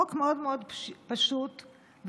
חוק מאוד מאוד פשוט ובסיסי,